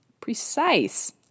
precise